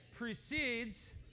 precedes